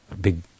big